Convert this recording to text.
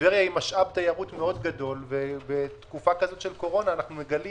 טבריה היא משאב תיירות מאוד גדול ובתקופה כזו של קורונה אנחנו מגלים